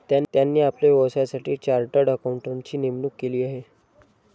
त्यांनी आपल्या व्यवसायासाठी चार्टर्ड अकाउंटंटची नेमणूक केली आहे